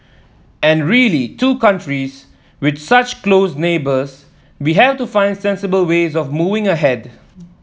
and really two countries with such close neighbours we have to find sensible ways of moving ahead